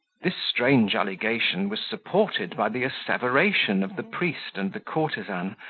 this strange allegation was supported by the asseveration of the priest and the courtesan,